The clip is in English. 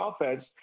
offense